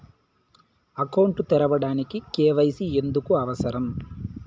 Account తెరవడానికి, KYC ఎందుకు అవసరం?